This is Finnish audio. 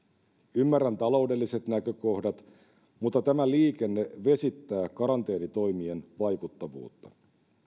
ymmärrän taloudelliset näkökohdat mutta tämä liikenne vesittää karanteenitoimien vaikuttavuutta